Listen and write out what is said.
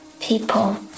people